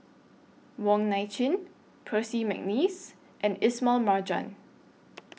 Wong Nai Chin Percy Mcneice and Ismail Marjan